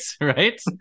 Right